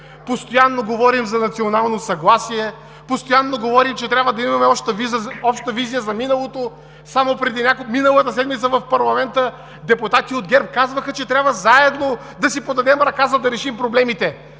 Постоянно говорим за национално съгласие, постоянно говорим, че трябва да имаме обща визия за миналото. Само преди няколко дни, миналата седмица в парламента депутати от ГЕРБ казваха, че трябва заедно да си подадем ръка, за да решим проблемите.